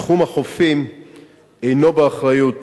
תחום החופים אינו באחריות